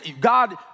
God